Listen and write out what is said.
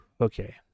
Okay